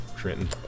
Trenton